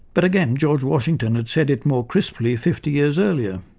but again, george washington had said it more crisply fifty years earlier